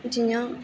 जियां